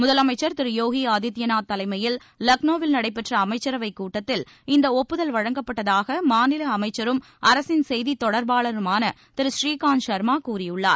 முதலமைச்சர் திரு யோகி ஆதித்யநாத் தலைமையில் லக்ளோவில் நடைபெற்ற அமைச்சரவைக் கூட்டத்தில் இந்த ஒப்புதல் வழங்கப்பட்டதாக மாநில அமைச்சரும் அரசின் செய்தித் தொடர்பாளருமான திரு ஸ்ரீகாந்த் சர்மா கூறியுள்ளார்